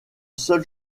seul